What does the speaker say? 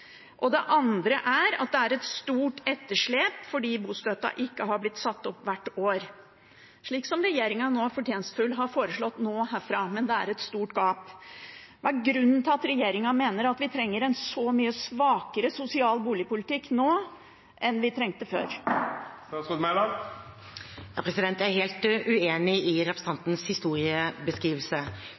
foreslått. Det andre er at det er et stort etterslep fordi bostøtten ikke er blitt satt opp hvert år, slik regjeringen nå fortjenstfullt har foreslått herfra. Det er et stort gap. Hva er grunnen til at regjeringen mener at vi trenger en så mye svakere sosial boligpolitikk nå enn vi trengte før? Jeg er helt uenig i representantens historiebeskrivelse.